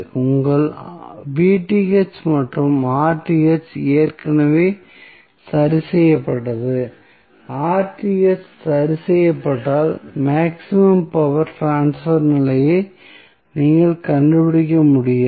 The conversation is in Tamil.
உங்கள் மற்றும் ஏற்கனவே சரி செய்யப்பட்டது சரி செய்யப்பட்டால் மேக்ஸிமம் பவர் ட்ரான்ஸ்பர் நிலையை நீங்கள் கண்டுபிடிக்க முடியாது